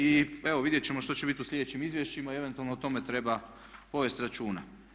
I evo vidjet ćemo što će biti u slijedećim izvješćima i eventualno o tome treba povesti računa.